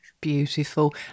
Beautiful